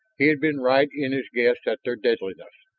he had been right in his guess at their deadliness,